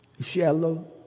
shallow